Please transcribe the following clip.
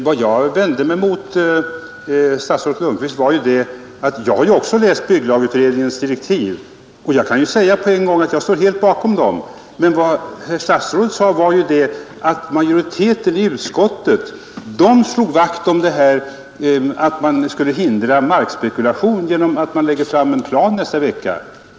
Herr talman! Jag har också läst bygglagutredningens direktiv, och jag står helt bakom dem. Vad jag vände mig mot var att herr statsrådet sade att majoriteten i utskottet hjälper till att förhindra den markspekulation som skulle kunna bli följden av att en plan läggs fram nästa vecka.